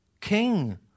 king